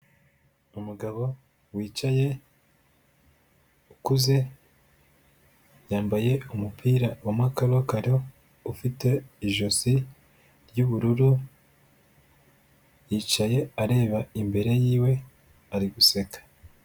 Umugabo wicaye ukuze, yambaye umupira w'amakabakaro ufite ijosi ry'ubururu, yicaye areba imbere y'iwe ari guseka.